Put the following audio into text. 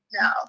No